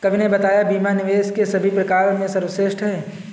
कवि ने बताया बीमा निवेश के सभी प्रकार में सर्वश्रेष्ठ है